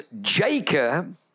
Jacob